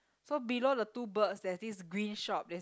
so below the two birds there's this green shop that